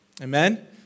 Amen